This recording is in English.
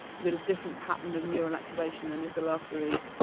you get a different pattern of neural activation than if the laughter is,